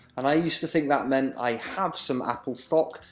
and i used to think that meant i have some apple stock,